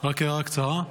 רק הערה קצרה.